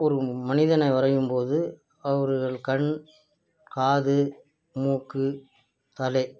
ஒரு மனிதனை வரையும் போது அவர்கள் கண் காது மூக்கு தலை